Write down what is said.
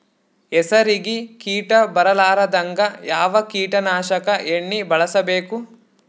ಹೆಸರಿಗಿ ಕೀಟ ಬರಲಾರದಂಗ ಯಾವ ಕೀಟನಾಶಕ ಎಣ್ಣಿಬಳಸಬೇಕು?